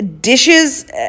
Dishes